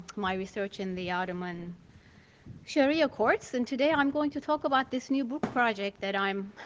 my research in the ottoman sharia courts. and today i'm going to talk about this new book project that i'm